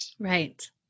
right